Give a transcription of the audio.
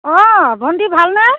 অঁ ভণ্টি ভালনে